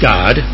God